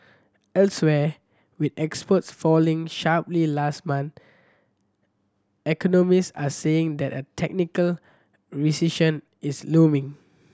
elsewhere with exports falling sharply last month economists are saying that a technical recession is looming